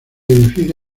edificio